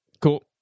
cool